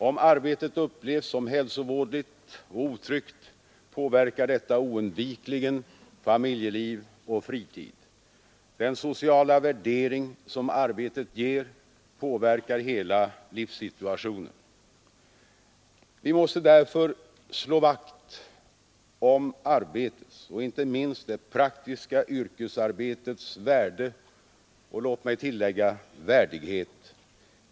Om arbetet upplevs som hälsovådligt och otryggt påverkar detta oundvikligen familjeliv och fritid. Den sociala värdering som arbetet ger påverkar hela livssituationen. Vi måste därför slå vakt om arbetets och inte minst det praktiska yrkesarbetets värde och — låt mig tillägga det — värdighet.